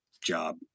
job